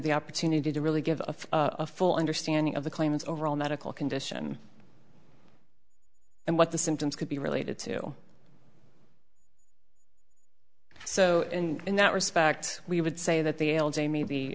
the opportunity to really give a full understanding of the claims overall medical condition and what the symptoms could be related to so in that respect we would say that the l j may